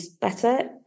better